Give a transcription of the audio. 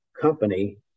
company